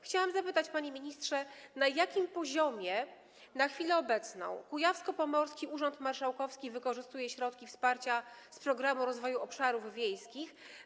Chciałam zapytać, panie ministrze, na jakim poziomie na chwilę obecną kujawsko-pomorski urząd marszałkowski wykorzystuje środki wsparcia z Programu Rozwoju Obszarów Wiejskich.